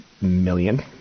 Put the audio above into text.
million